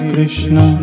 Krishna